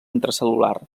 intracel·lular